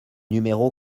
numéro